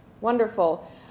Wonderful